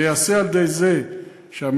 זה ייעשה על-ידי זה ש"עמידר",